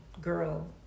girl